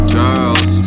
girls